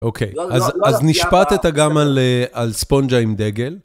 אוקיי, אז נשפטת גם על ספונג'ה עם דגל.